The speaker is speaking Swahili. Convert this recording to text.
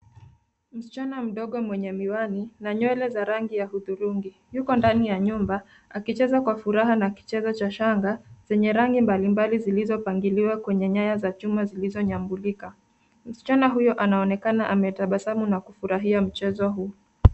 Msichana mdogo mwenye miwani na nywele za rangi ya hudhurungi .Yuko ndani ya nyumba akicheza kwa furaha na kicheza cha shanga chenye rangi mbalimbali zilizopangiliwa kwenye nyaya za chuma zilizonyambulika. Msichana huyo anaonekana ametasabasamu na kufurahia mchezo huu.